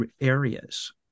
areas